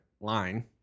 line